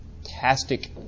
fantastic